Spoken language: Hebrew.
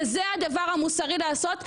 וזה הדבר המוסרי לעשות.